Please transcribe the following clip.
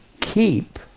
keep